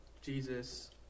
Jesus